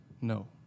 no